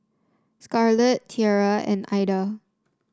Scarlet Tiera and Aida